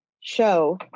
show